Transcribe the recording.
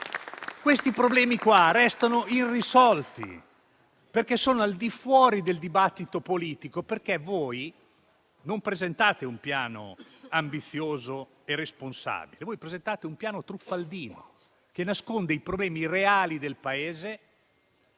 Questi problemi restano irrisolti perché sono al di fuori del dibattito politico. Voi presentate non un piano ambizioso e responsabile, ma un piano truffaldino che nasconde i problemi reali del Paese.